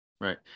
Right